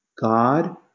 God